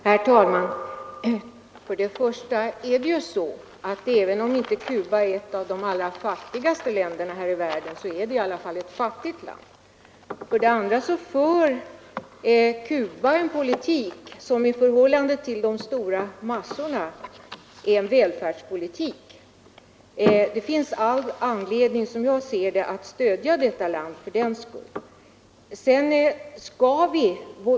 Herr talman! För det första är det så, att även om Cuba inte är ett av de allra fattigaste länderna är det i alla fall ett fattigt land. För det andra för Cuba en politik som i förhållande till de stora massorna är en välfärdspolitik. Det finns fördenskull, som jag ser det, all anledning att stödja detta land.